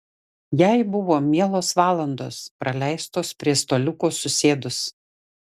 jai buvo mielos valandos praleistos prie staliuko susėdus